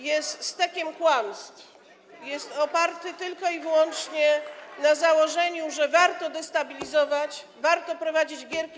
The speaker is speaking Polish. jest stekiem kłamstw, jest oparty tylko i wyłącznie na założeniu, że warto destabilizować, warto prowadzić gierki.